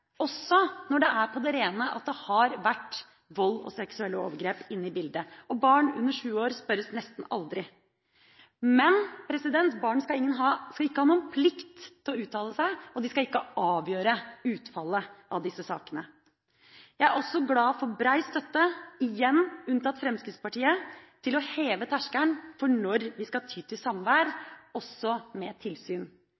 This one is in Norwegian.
også når det er på det rene at det har vært vold og seksuelle overgrep inne i bildet. Barn under sju år spørres nesten aldri. Men barn skal ikke ha noen plikt til å uttale seg, og de skal ikke avgjøre utfallet av disse sakene. Jeg er også glad for bred støtte – igjen alle unntatt Fremskrittspartiet – til å heve terskelen for når vi skal ty til samvær